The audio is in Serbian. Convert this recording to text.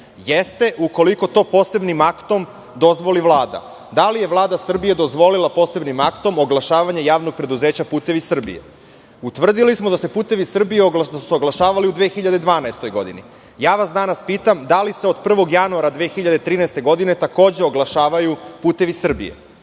Jeste, ukoliko to posebnim aktom dozvoli Vlada. Da li je Vlada Srbije dozvolila posebnim aktom oglašavanje Javnog preduzeća "Putevi Srbije"? Utvrdili smo da su se "Putevi Srbije" oglašavali u 2012. godini. Danas vas pitam – da li se od 1. januara 2013. godine takođe oglašavaju "Putevi